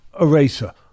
eraser